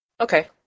Okay